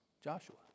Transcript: Joshua